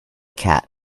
cat